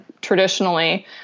traditionally